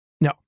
No